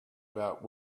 about